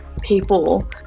people